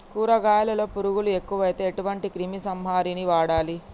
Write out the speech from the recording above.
కూరగాయలలో పురుగులు ఎక్కువైతే ఎటువంటి క్రిమి సంహారిణి వాడాలి?